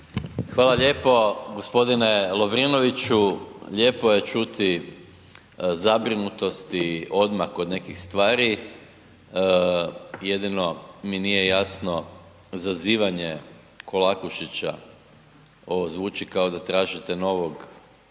Hvala lijepo g. Lovrinoviću. Lijepo je čuti zabrinutosti odmah kod nekih stvari. Jedino mi nije jasno zazivanje Kolakušića, ovo zvuči kao da tražite novog